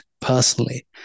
personally